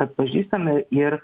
atpažįstame ir